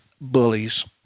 bullies